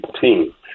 team